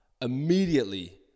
Immediately